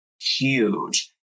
huge